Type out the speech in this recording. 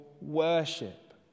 worship